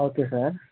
okay sir